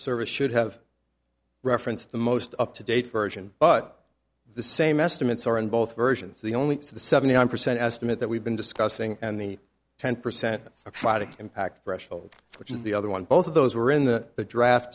service should have referenced the most up to date version but the same estimates are in both versions the only piece of the seventy nine percent estimate that we've been discussing and the ten percent of impact threshold which is the other one both of those were in the draft